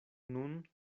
nun